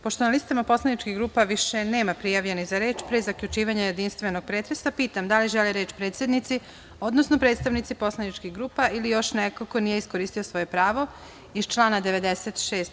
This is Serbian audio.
Pošto na listama poslaničkih grupa više nema prijavljenih za reč, pre zaključivanja jedinstvenog pretresa, pitam da li žele reč predsednici, odnosno predstavnici poslaničkih grupa, ili još neko ko nije iskoristio svoje pravo iz člana 96.